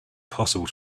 possible